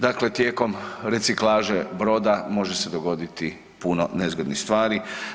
Dakle, tijekom reciklaže broda može se dogoditi puno nezgodnih stvari.